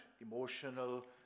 emotional